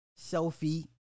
selfie